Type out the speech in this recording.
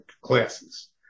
classes